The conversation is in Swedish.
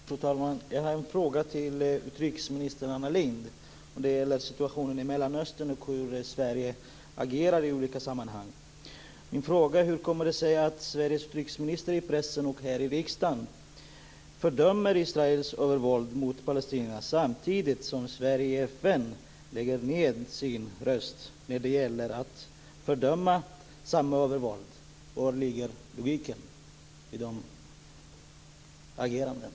Fru talman! Jag har en fråga till utrikesminister Anna Lindh. Den gäller situationen i Mellanöstern, och hur Sverige agerar i olika sammanhang. Hur kommer det sig att Sveriges utrikesminister i pressen och här i riksdagen fördömer Israels övervåld mot palestinierna samtidigt som Sverige i FN lägger ned sin röst när det gäller att fördöma samma övervåld. Var ligger logiken i det agerandet?